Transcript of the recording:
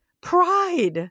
Pride